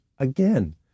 again